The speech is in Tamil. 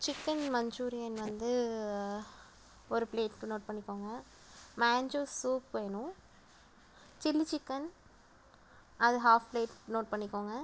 சிக்கன் மஞ்சூரியன் வந்து ஒரு ப்ளேட்க்கு நோட் பண்ணிக்கோங்க மேஞ்சூஸ் சூப் வேணும் சில்லி சிக்கன் அது ஹாஃப் ப்ளேட் நோட் பண்ணிக்கோங்க